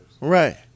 Right